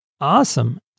Awesome